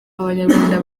abanyarwanda